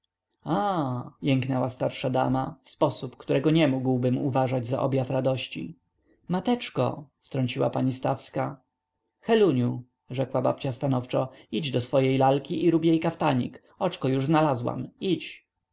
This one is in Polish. aaa jęknęła starsza dama w sposób którego nie mógłbym uważać za objaw radości mateczko wtrąciła pani stawska heluniu rzekła babcia stanowczo idź do swojej lalki i rób jej kaftanik oczko już znalazłam idź